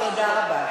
תודה רבה.